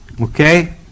Okay